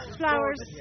flowers